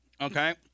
Okay